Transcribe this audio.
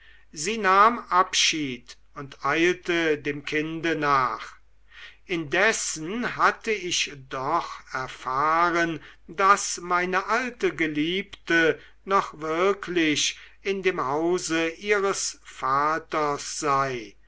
sie nahm abschied und eilte dem kinde nach indessen hatte ich doch erfahren daß meine alte geliebte noch wirklich in dem hause ihres vaters sei